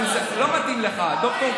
נתערב.